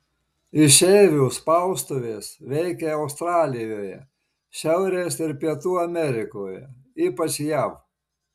išeivių spaustuvės veikė australijoje šiaurės ir pietų amerikoje ypač jav